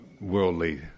worldly